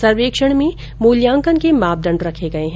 सर्वेक्षण में मूल्याकंन के मापदंड रखे गये है